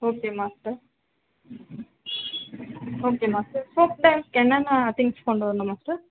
okay master okay master folk டான்ஸ்க்கு என்ன என்ன திங்ஸ் கொண்டு வரணும் மாஸ்டர்